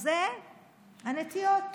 זה הנטיעות.